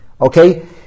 Okay